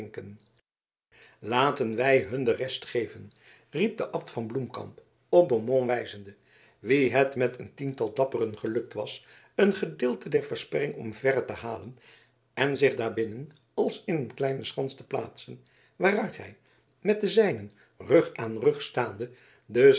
laten wij hun de rest geven riep de abt van bloemkamp op beaumont wijzende wien het met een tiental dapperen gelukt was een gedeelte der versperring omverre te halen en zich daarbinnen als in eene kleine schans te plaatsen waaruit hij met de zijnen rug aan rug staande de